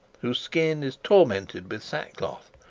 whose skin is tormented with sackcloth,